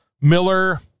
Miller